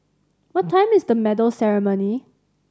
what time is medal ceremony